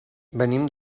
venim